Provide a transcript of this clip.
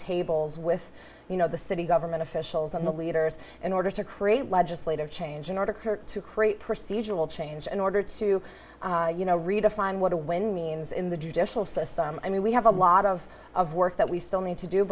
busy with you know the city government officials and the leaders in order to create legislative change in order to create procedural change in order to you know redefine what a win means in the judicial system i mean we have a lot of of work that we still need to do